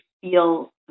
feel